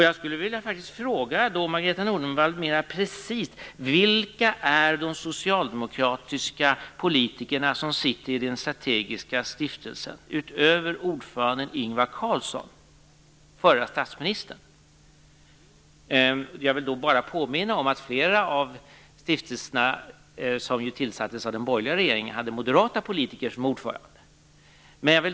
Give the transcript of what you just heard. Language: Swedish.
Jag skulle faktiskt vilja fråga Margareta Nordenvall mera precist: Vilka är de socialdemokratiska politiker, utöver ordföranden och förre statsministern Ingvar Carlsson, som sitter med i Stiftelsen för strategisk forskning? Jag vill påminna om att flera av stiftelserna, som ju tillsattes av den borgerliga regeringen, hade moderata politiker som ordförande.